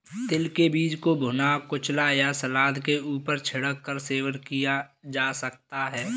तिल के बीज को भुना, कुचला या सलाद के ऊपर छिड़क कर सेवन किया जा सकता है